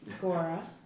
Gora